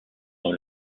dans